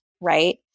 right